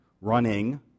running